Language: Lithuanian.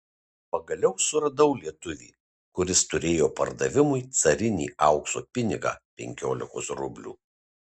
pagaliau suradau lietuvį kuris turėjo pardavimui carinį aukso pinigą penkiolikos rublių